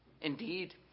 Indeed